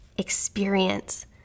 experience